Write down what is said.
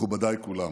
מכובדיי כולם,